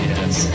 Yes